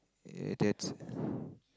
ya that's